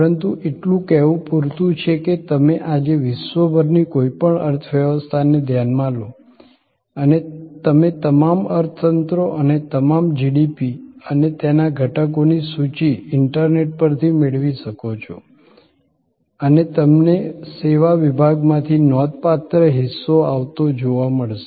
પરંતુ એટલું કહેવું પૂરતું છે કે તમે આજે વિશ્વભરની કોઈપણ અર્થવ્યવસ્થાને ધ્યાનમાં લો અને તમે તમામ અર્થતંત્રો અને તમામ જીડીપી અને તેના ઘટકોની સૂચિ ઈન્ટરનેટ પરથી મેળવી શકો છો અને તમને સેવા વિભાગમાંથી નોંધપાત્ર હિસ્સો આવતો જોવા મળશે